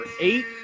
eight